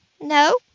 No